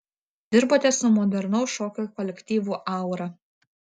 dirbote su modernaus šokio kolektyvu aura